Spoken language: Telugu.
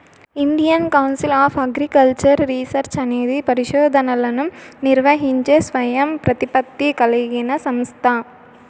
Indian council of agricultural research అనేది పరిశోధనలను నిర్వహించే స్వయం ప్రతిపత్తి కలిగిన సంస్థ